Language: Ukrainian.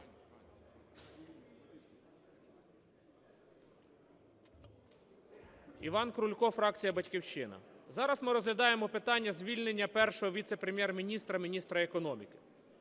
Іван Крулько, фракція "Батьківщина". Зараз ми розглядаємо питання звільнення Першого віце-прем'єр-міністра – міністра економіки.